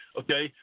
okay